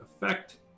effect